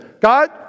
God